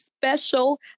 special